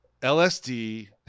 LSD